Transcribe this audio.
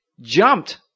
jumped